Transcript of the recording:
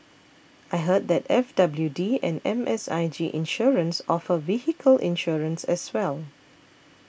I heard that F W D and M S I G Insurance offer vehicle insurance as well